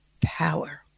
power